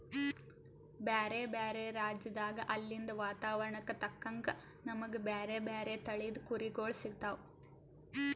ಬ್ಯಾರೆ ಬ್ಯಾರೆ ರಾಜ್ಯದಾಗ್ ಅಲ್ಲಿಂದ್ ವಾತಾವರಣಕ್ಕ್ ತಕ್ಕಂಗ್ ನಮ್ಗ್ ಬ್ಯಾರೆ ಬ್ಯಾರೆ ತಳಿದ್ ಕುರಿಗೊಳ್ ಸಿಗ್ತಾವ್